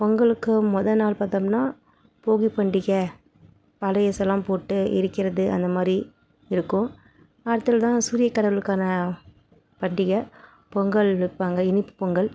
பொங்கலுக்கு மொதல் நாள் பார்த்தோம்னா போகி பண்டிகை பழைசெல்லாம் போட்டு எரிக்கிறது அந்த மாதிரி இருக்கும் அடுத்தது தான் சூரிய கடவுளுக்கான பண்டிகை பொங்கல் வைப்பாங்க இனிப்பு பொங்கல்